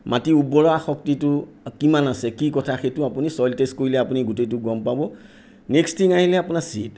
মাটিৰ উৰ্বৰা শক্তিটো কিমান আছে কি কথা সেইটো আপুনি ছইল টেষ্ট কৰিলে আপুনি গোটেইটো গম পাব নেক্সট থিং আহিলে আপোনাৰ ছীড